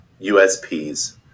USPs